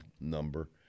number